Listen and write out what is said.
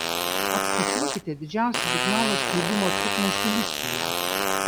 apskaičiuokite didžiausią signalo sklidimo trukmę silicyje